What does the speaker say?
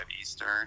Eastern